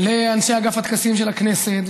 לאנשי אגף הטקסים של הכנסת,